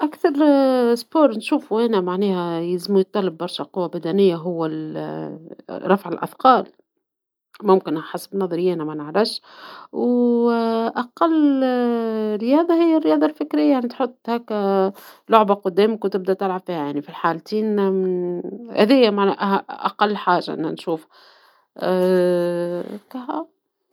أكثر رياضة نشوفوا أنا معناها يلزموا يتكلف برشا قوة بدنية هو رفع الأثقال ، ممكن حسب نظري أنا منعرفش ، وأقل رياضة هي الرياضة الفكرية لي تحط هكا لعبة قدامك وتبدى تلعب فيها يعني في الحالتين هذايا معناها أقل حاجة نشوفها هكاهو